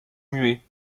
muet